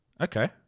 Okay